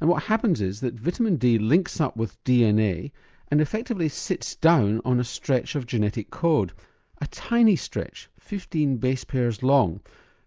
and what happens is that vitamin d links up with dna and effectively sits down on a stretch of genetic code a tiny stretch fifteen base pairs long